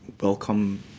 welcome